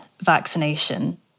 vaccination